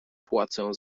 płacę